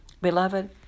Beloved